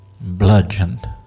bludgeoned